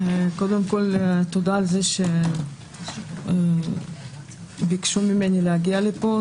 קודם כול תודה על זה שביקשו ממני להגיע לפה,